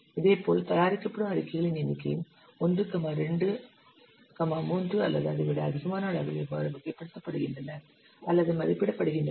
இதேபோல் தயாரிக்கப்படும் அறிக்கைகளின் எண்ணிக்கையும் 1 2 3 அல்லது அதை விட அதிகமான அளவில் எவ்வாறு வகைப்படுத்தப்படுகின்றன அல்லது மதிப்பிடப்படுகின்றன